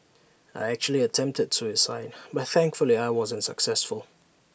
I actually attempted suicide but thankfully I wasn't successful